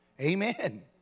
Amen